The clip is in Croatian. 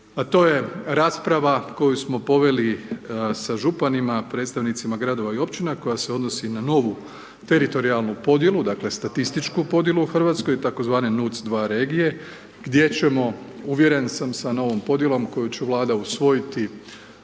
to je rasprava koju smo poveli sa županima, predstavnicima gradova i općina, koja se odnosi na novu teritorijalnu podjelu, dakle, statističku podjelu u Hrvatsku, tzv. NUC2 regije, gdje ćemo uvjeren sam sa novom podjelom, koju će vlada osvojiti,